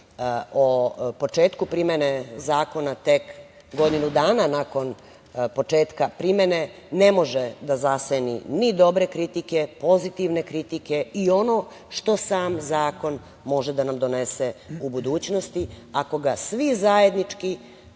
o početku primene zakona, tek godinu dana nakon početka primene, ne može da zaseni ni dobre kritike, pozitivne kritike i ono što sam zakon može da nam donese u budućnosti ako ga svi zajednički,